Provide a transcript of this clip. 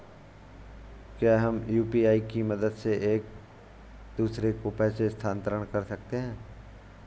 क्या हम यू.पी.आई की मदद से एक दूसरे को पैसे स्थानांतरण कर सकते हैं?